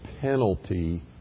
penalty